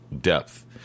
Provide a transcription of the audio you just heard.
depth